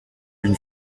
une